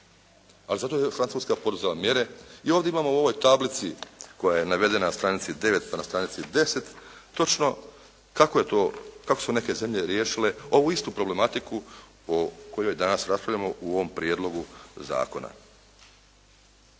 A zato je Francuska poduzela mjere i ovdje imamo u ovoj tablici koja je navedena na stranci 9 pa na stranici 10 točno kako je to, kako su neke zemlje riješile ovu istu problematiku o kojoj danas raspravljamo u ovom prijedlogu zakona.